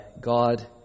God